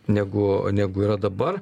negu negu yra dabar